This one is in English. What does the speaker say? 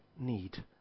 need